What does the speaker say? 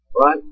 right